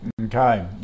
Okay